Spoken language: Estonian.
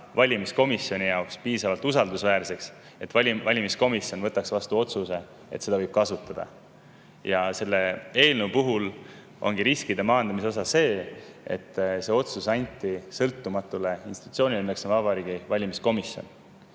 valimiskomisjoni jaoks piisavalt usaldusväärseks, et valimiskomisjon võtaks vastu otsuse, et seda võib kasutada. Selle eelnõu puhul ongi riskide maandamise osa see, et see otsus anti [teha] sõltumatule institutsioonile, milleks on Vabariigi Valimiskomisjon,